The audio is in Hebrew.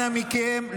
אנא מכם,